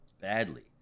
badly